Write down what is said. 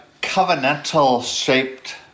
covenantal-shaped